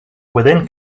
within